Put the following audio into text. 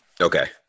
Okay